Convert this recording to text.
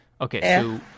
Okay